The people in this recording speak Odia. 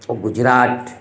ଓ ଗୁଜୁରାଟ